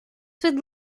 would